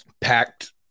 packed